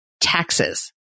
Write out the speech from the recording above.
taxes